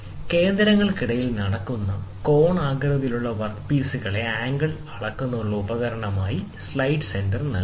കേന്ദ്രങ്ങൾക്കിടയിൽ നടക്കുന്ന കോണാകൃതിയിലുള്ള വർക്ക് പീസുകളുടെ ആംഗിൾ അളക്കുന്നതിനുള്ള മാർഗ്ഗം ആയി ഒരു സൈൻ സെന്റർ നൽകുന്നു